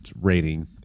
rating